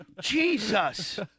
Jesus